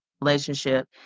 relationship